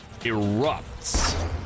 erupts